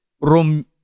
Rom